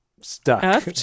stuck